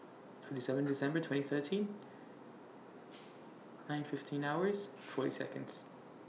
twenty seven December twenty thirteen nine fifteen hours forty Seconds